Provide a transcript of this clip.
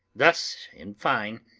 thus, in fine,